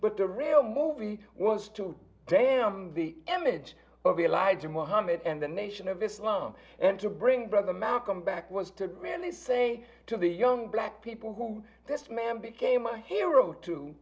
but the real movie was to damn the image of elijah mohammed and the nation of islam and to bring brother malcolm back was to really say to the young black people who this man became a hero to